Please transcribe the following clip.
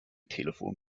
telefon